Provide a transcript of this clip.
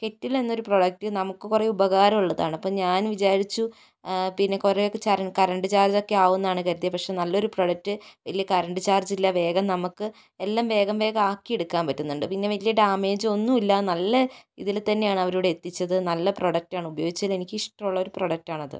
kettle എന്നൊരു product നമുക്ക് കുറേ ഉപകാരമുള്ളതാണ് അപ്പോൾ ഞാൻ വിചാരിച്ചു പിന്നെ കുറെയൊക്കെ കറണ്ട് ചാർജൊക്കെ ആവും എന്നാണ് കരുതിയത് പക്ഷെ നല്ലൊരു പ്രൊഡക്ട് വലിയ കറണ്ട് ചാർജില്ല വേഗം നമുക്ക് എല്ലാം വേഗം വേഗം ആക്കിയെടുക്കാൻ പറ്റുന്നുണ്ട് പിന്നെ വലിയ ഡാമേജ് ഒന്നുമില്ല നല്ല ഇതിൽ തന്നെയാണ് അവർ ഇവിടെ എത്തിച്ചത് നല്ല പ്രോഡക്ടാണ് ഉപയോഗിച്ചതിൽ എനിക്ക് ഇഷ്ടമുള്ളൊരു പ്രോഡക്റ്റാണത്